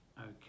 Okay